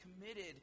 committed